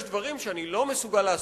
יש דברים שאני לא מסוגל לעשות,